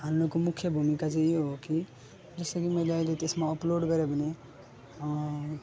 हाल्नुको मुख्य भूमिका चाहिँ यो हो कि जस्तो कि मैले अहिले त्यसमा अपलोड गऱ्यो भने